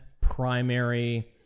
primary